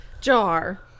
jar